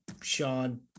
Sean